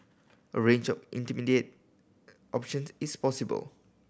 a range of intermediate options is possible